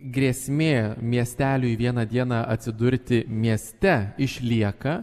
grėsmė miesteliui vieną dieną atsidurti mieste išlieka